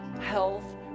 health